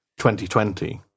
2020